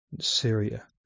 Syria